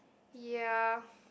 ya